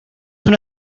una